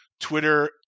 Twitter